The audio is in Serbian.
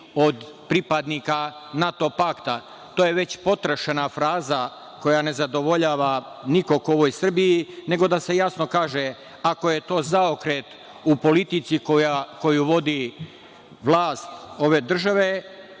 od pripadnika NATO pakta. To je već potrošena fraza koja ne zadovoljava nikog u ovoj Srbiji, nego da se jasno kaže, ako je to zaokret u politici koju vodi vlast ove države,